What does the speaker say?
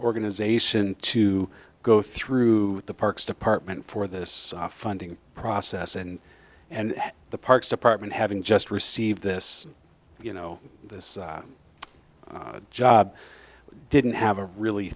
organization to go through the parks department for this funding process and and the parks department having just received this you know this job didn't have a really